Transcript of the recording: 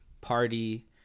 party